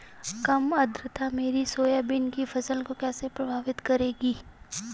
कम आर्द्रता मेरी सोयाबीन की फसल को कैसे प्रभावित करेगी?